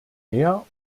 mehr